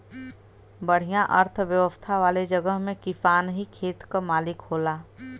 बढ़िया अर्थव्यवस्था वाले जगह में किसान ही खेत क मालिक होला